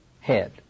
head